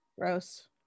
Gross